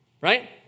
right